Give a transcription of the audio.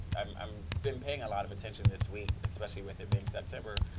um been paying a lot of attention this week. especially with it being september,